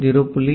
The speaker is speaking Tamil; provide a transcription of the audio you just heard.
0